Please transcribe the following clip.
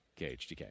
KHTK